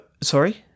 Sorry